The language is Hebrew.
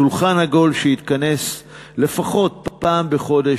שולחן עגול שיתכנס לפחות פעם בחודש,